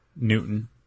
Newton